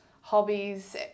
hobbies